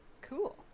cool